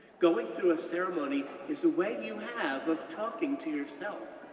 going through a ceremony is a way you have of talking to yourself.